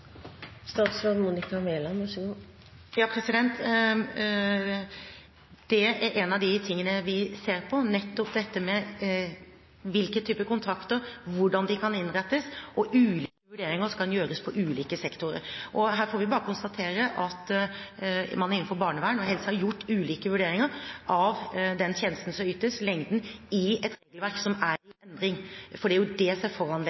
av de tingene vi ser på, er nettopp typer kontrakter, hvordan de kan innrettes, og ulike vurderinger som kan gjøres på ulike sektorer. Her får vi bare konstatere at man innenfor barnevern og helse har gjort ulike vurderinger av den tjenesten som ytes, lengden, i et regelverk som er i endring, for det er det som er foranledningen for de vurderingene som er gjort nå. De vurderingene vi skal gjøre i etterkant, er basert på det nye regelverket, det